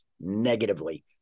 negatively